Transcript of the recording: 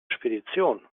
spedition